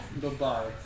Goodbye